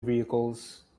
vehicles